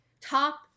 top